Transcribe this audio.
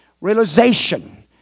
Realization